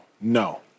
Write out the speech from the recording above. no